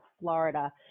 Florida